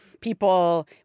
people